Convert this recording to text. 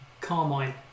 Carmine